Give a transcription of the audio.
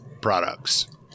products